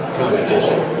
competition